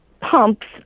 pumps